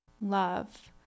love